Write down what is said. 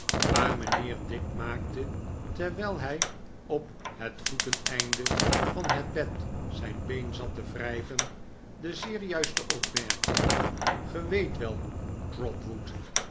maar mijnheer dick maakte terwijl hij op het voeteneinde van het bed zijn been zat te wrijven de zeer juiste opmerking ge weet wel